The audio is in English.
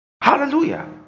Hallelujah